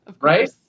right